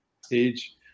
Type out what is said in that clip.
stage